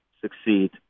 succeed